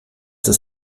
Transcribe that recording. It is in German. das